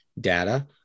data